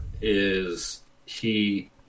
is—he